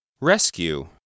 Rescue